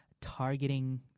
targeting